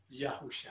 Yahusha